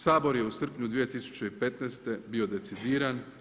Sabor je u srpnju 2015. bio decidiran.